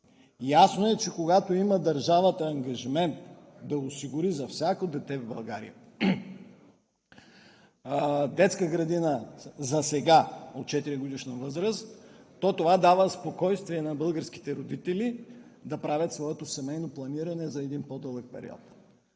Ясно е, че когато държавата има ангажимент да осигури за всяко дете в България детска градина за сега от 4-годишна възраст, то това дава спокойствие на българските родители да правят своето семейно планиране за един по-дълъг период.